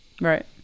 right